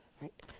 Right